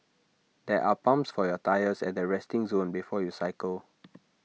there are pumps for your tyres at the resting zone before you cycle